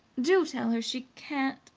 do tell her she can't,